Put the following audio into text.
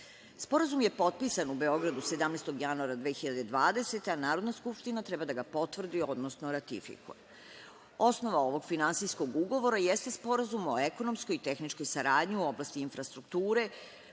je potpisan u Beogradu 17. januara 2020. godine, a Narodna skupština treba da ga potvrdi, odnosno ratifikuje. Osnova ovog finansijskog ugovora jeste Sporazum o ekonomskoj, tehničkoj saradnji u oblasti infrastrukture,